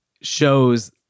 shows